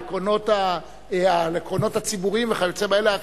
על העקרונות הציבוריים וכיוצא באלה,